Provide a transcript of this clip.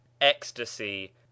ecstasy